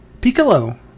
piccolo